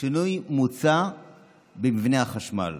שינוי מוצע במבנה החשמל.